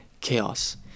chaos